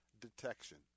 detection